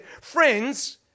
friends